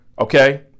okay